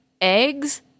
eggs